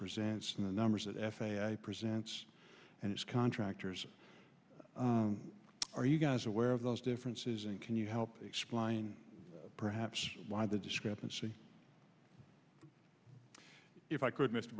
present in the numbers that f a a presents and its contractors are you guys aware of those differences and can you help explain perhaps why the discrepancy if i could m